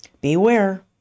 Beware